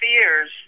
fears